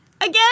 again